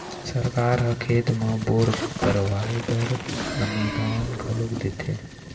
सरकार ह खेत म बोर करवाय बर अनुदान घलोक देथे